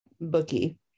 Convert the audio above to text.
bookie